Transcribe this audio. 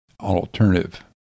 alternative